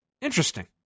interesting